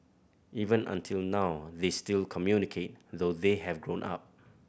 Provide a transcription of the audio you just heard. even until now they still communicate though they have grown up